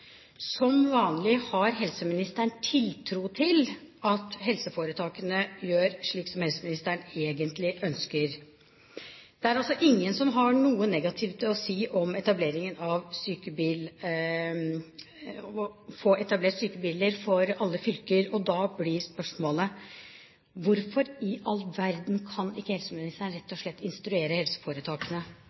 Som vanlig har helseministeren «tiltro til» at helseforetakene gjør slik som helseministeren egentlig ønsker. Det er altså ingen som har noe negativt å si om å få etablert sykebil i alle fylker, og da blir spørsmålet: Hvorfor i all verden kan ikke helseministeren rett og slett instruere helseforetakene